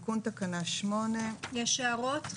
יש הערות?